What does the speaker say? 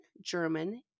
German